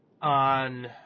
On